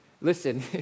Listen